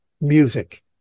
Music